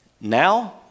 Now